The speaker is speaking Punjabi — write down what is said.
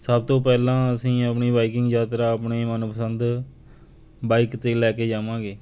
ਸਭ ਤੋਂ ਪਹਿਲਾਂ ਅਸੀਂ ਆਪਣੀ ਬਾਈਕਿੰਗ ਯਾਤਰਾ ਆਪਣੀ ਮਨਪਸੰਦ ਬਾਈਕ 'ਤੇ ਲੈ ਕੇ ਜਾਵਾਂਗੇ